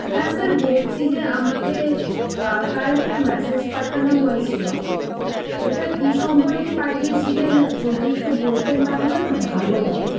হ্যাঁ স্যার বলছি যে আমাকে কাল একটা ম্যাসেজ পাঠানো হয়েছিলো ওটা কী সম্পর্কে পাঠিয়েছিলেন যদি একটু বলতেন তাহলে না ভালো হতো